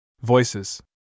Voices